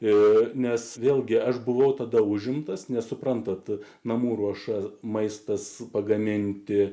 ir nes vėlgi aš buvau tada užimtas nesuprantate namų ruoša maistas pagaminti